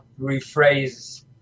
rephrase